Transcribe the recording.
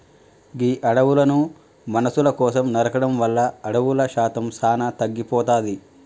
గీ అడవులను మనుసుల కోసం నరకడం వల్ల అడవుల శాతం సానా తగ్గిపోతాది